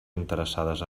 interessades